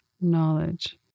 knowledge